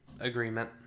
agreement